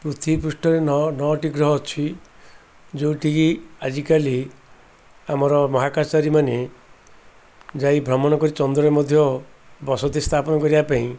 ପୃଥିବୀ ପୃଷ୍ଠରେ ନଅଟି ଗ୍ରହ ଅଛି ଯେଉଁଠିକି ଆଜିକାଲି ଆମର ମହାକାଶଚାରୀ ମାନେ ଯାଇ ଭ୍ରମଣ କରି ଚନ୍ଦ୍ରରେ ମଧ୍ୟ ବସତି ସ୍ଥାପନ କରିବା ପାଇଁ